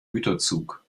güterzug